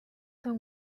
and